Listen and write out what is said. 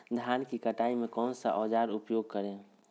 धान की कटाई में कौन सा औजार का उपयोग करे?